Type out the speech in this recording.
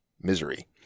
misery